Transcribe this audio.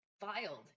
filed